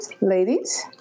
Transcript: ladies